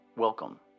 Welcome